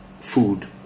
food